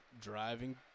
driving